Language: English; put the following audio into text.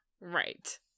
right